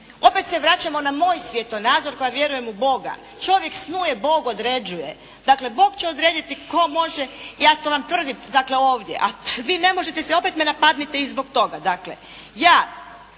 Opet se vraćamo na moj svjetonazor koja vjerujem u Bog. "Čovjek snuje, Bog određuje." Dakle, Bog će odrediti tko može. Ja to vam tvrdim dakle ovdje, a vi ne možete si, opet me napadnite i zbog toga. Dakle, ja